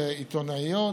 מידיעות עיתונאיות.